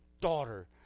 daughter